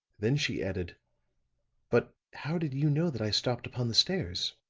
then she added but how did you know that i stopped upon the stairs?